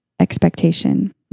expectation